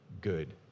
good